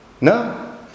No